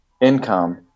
income